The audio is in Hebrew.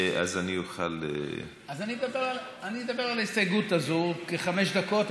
אז אני אדבר על ההסתייגות הזו כחמש דקות,